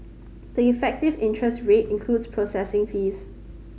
the effective interest rate includes processing fees